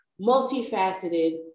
multifaceted